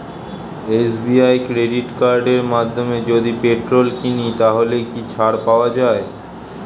SBI credit কার্ডের মাধ্যমে যদি পেট্রোল কিনি তাহলে কি ছাড় পাওয়া যায়?